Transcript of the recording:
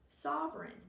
sovereign